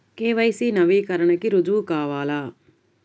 KYC నవీకరణకి రుజువు కావాలా?